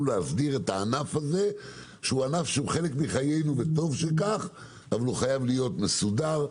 להסדיר את הענף הזה שהוא חלק מחיינו וטוב שכך אבל הוא חייב להיות מסודר,